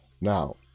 Now